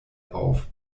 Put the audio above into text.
auf